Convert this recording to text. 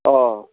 অঁ